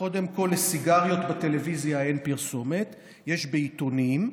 לסיגריות אין פרסומת בטלוויזיה, יש בעיתונים.